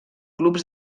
clubs